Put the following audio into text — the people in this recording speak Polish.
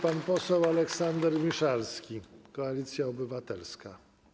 Pan poseł Aleksander Miszalski, Koalicja Obywatelska.